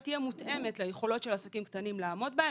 תהיה מותאמת ליכולות של עסקים קטנים לעמוד בה.